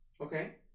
Okay